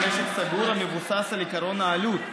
משק המים הוא משק סגור המבוסס על עקרון העלות.